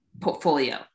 portfolio